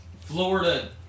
Florida